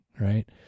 right